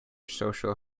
social